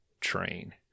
train